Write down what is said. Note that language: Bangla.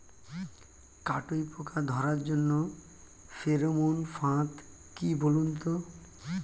কাটুই পোকা ধরার জন্য ফেরোমন ফাদ কি বলুন তো?